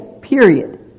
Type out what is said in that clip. Period